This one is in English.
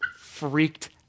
freaked